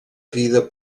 vida